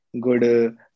good